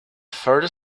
further